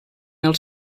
del